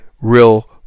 real